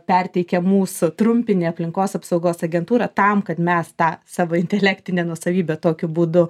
perteikia mūsų trumpinį aplinkos apsaugos agentūrą tam kad mes tą savo intelektinę nuosavybę tokiu būdu